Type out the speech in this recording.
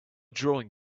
drawing